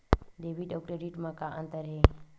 Debit अउ credit म का अंतर हे?